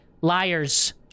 Liars